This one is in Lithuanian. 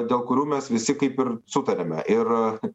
dėl kurių mes visi kaip ir sutarėme ir